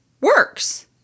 works